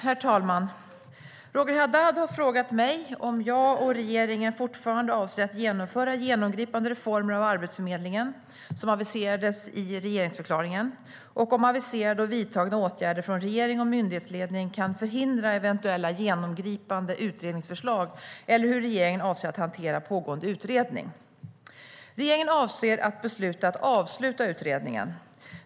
Herr talman! Roger Haddad har frågat mig om jag och regeringen fortfarande avser att genomföra genomgripande reformer av Arbetsförmedlingen, som aviserades i regeringsförklaringen, och om aviserade och vidtagna åtgärder från regering och myndighetsledning kan förhindra eventuella genomgripande utredningsförslag, eller hur regeringen avser att hantera pågående utredning. Svar på interpellationer Regeringen avser att besluta att avsluta utredningen.